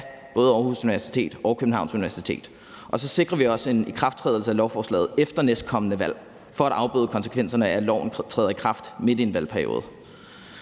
både Aarhus Universitet og Københavns Universitet. Og så sikrer vi også en ikrafttrædelse af lovforslaget efter næstkommende valg for at afbøde konsekvenserne af, at loven træder i kraft midt i en valgperiode.